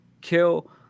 kill